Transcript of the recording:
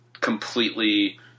completely